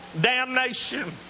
damnation